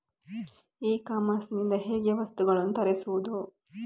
E commerce ಇಂದ ಹೇಗೆ ವಸ್ತುಗಳನ್ನು ತರಿಸುವುದು?